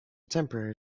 temporary